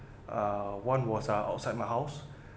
uh one was ah outside my house